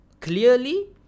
clearly